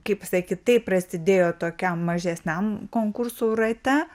kaip sakyt tai prasidėjo tokiam mažesniam konkursų rate